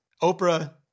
Oprah